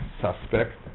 suspect